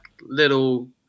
little